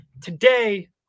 Today